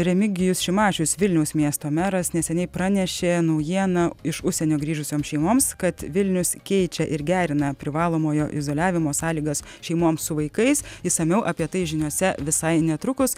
remigijus šimašius vilniaus miesto meras neseniai pranešė naujieną iš užsienio grįžusioms šeimoms kad vilnius keičia ir gerina privalomojo izoliavimo sąlygas šeimoms su vaikais išsamiau apie tai žiniose visai netrukus